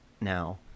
now